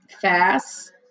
fast